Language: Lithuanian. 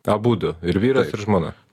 abudu ir vyras ir žmona